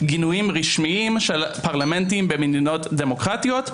גינויים רשמיים של פרלמנטים במדינות דמוקרטיות,